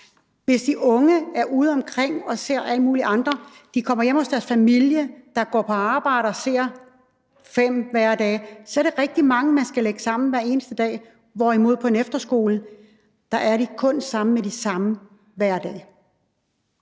Hvis de unge er udeomkring og ser alle mulige andre og kommer hjem hos deres familier, der går på arbejde og ser 5 hver dag, så er det rigtig mange, man skal lægge sammen hver eneste dag, hvorimod de på en efterskole kun er sammen med de samme hver dag.